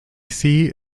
seat